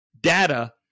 data